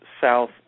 south